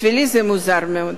בשבילי זה מוזר מאוד.